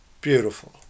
beautiful